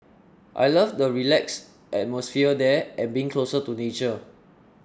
I love the relaxed atmosphere there and being closer to nature